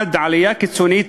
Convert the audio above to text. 1. עלייה קיצונית